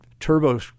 Turbo